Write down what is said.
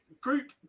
Group